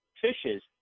Fishes